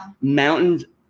Mountain